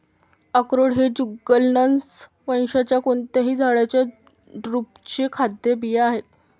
अक्रोड हे जुगलन्स वंशाच्या कोणत्याही झाडाच्या ड्रुपचे खाद्य बिया आहेत